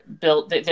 built